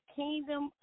kingdom